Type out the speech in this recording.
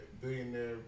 Billionaire